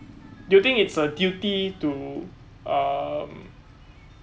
do you think is a duty to um